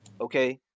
okay